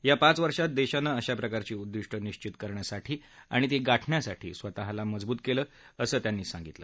या पाच वर्षात देशानं अशा प्रकारची उद्दिष्ट निश्वित करण्यासाठी आणि ती गार्ण्यासाठी स्वतःला मजबूत केलं आहे असं ते म्हणाले